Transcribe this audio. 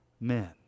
men